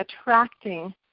attracting